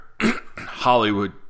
Hollywood